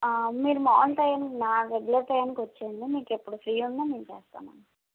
మీరు మాములు time regular టైమ్కి వచ్చేయండి మీకెప్పుడు ఫ్రీ ఉన్నా మేము చేస్తామండి